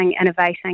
innovating